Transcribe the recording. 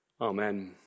amen